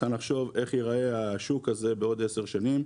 לחשוב איך ייראה השוק הזה בעוד 10 שנים,